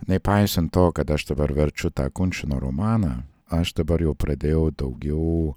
nepaisant to kad aš dabar verčiu tą kunčino romaną aš dabar jau pradėjau daugiau